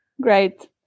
Great